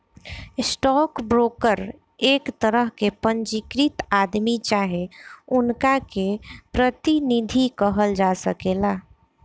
stock broker एक तरह के पंजीकृत आदमी चाहे उनका के प्रतिनिधि कहल जा सकेला